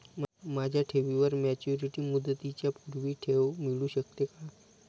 माझ्या ठेवीवर मॅच्युरिटी मुदतीच्या पूर्वी ठेव मिळू शकते का?